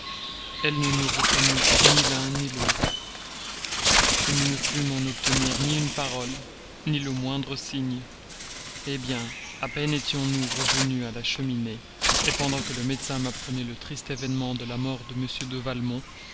elle ne nous reconnut ni l'un ni l'autre nous ne pûmes en obtenir ni une parole ni le moindre signe hé bien à peine étions-nous revenus à la cheminée pendant que le médecin m'apprenait le triste événement de la mort de m de